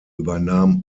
übernahm